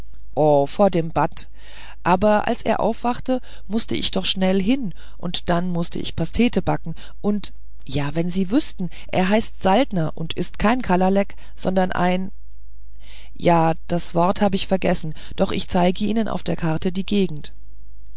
vor dem bat aber als er aufwachte mußte ich doch schnell hin und dann mußte ich die pastete backen und ja wenn sie wüßten er heißt saltner und ist kein kalalek sondern ein ja das wort habe ich vergessen doch ich zeige ihnen auf der karte die gegend